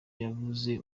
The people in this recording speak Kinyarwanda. yavuze